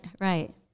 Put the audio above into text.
right